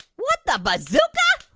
what the bazooka?